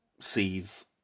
sees